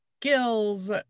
skills